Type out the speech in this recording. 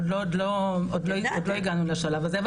עוד לא הגענו לשלב הזה,